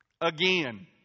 again